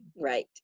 right